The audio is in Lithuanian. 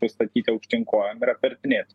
nustatyti aukštyn kojom ir atvertinėti